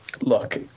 look